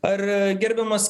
ar gerbiamas